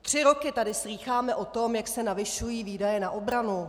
Tři roky tady slýcháme o tom, jak se navyšují výdaje na obranu.